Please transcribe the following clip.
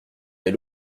des